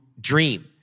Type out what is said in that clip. dream